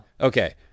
Okay